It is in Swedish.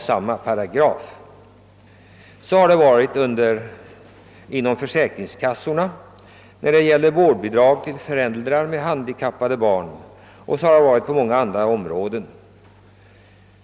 Så har varit fallet inom försäkringskassorna när det gäller vårdbidrag till föräldrar med handikappade barn liksom på många andra områden.